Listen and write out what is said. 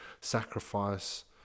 sacrifice